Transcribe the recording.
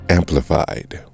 amplified